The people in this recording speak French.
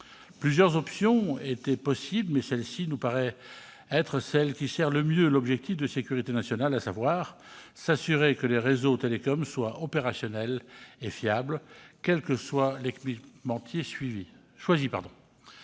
Plusieurs options étaient possibles, mais celle-ci nous paraît servir le mieux l'objectif de sécurité nationale, à savoir s'assurer que les réseaux télécoms soient opérationnels et fiables, quel que soit l'équipementier choisi.